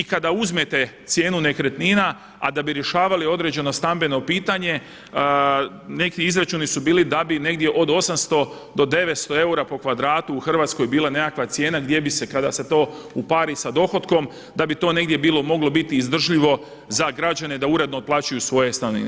I kada uzmete cijenu nekretnina, a da bi rješavali određeno stambeno pitanje neki izračuni su bili da bi negdje od 800 do 900 eura po kvadratu u Hrvatskoj bila nekakva cijena gdje bi se kada se to upari sa dohotkom, da bi to negdje bilo, moglo biti izdržljivo za građane da uredno otplaćuju svoje stanove.